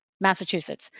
massachusetts